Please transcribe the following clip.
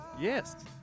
Yes